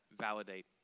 validate